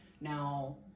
now